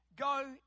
go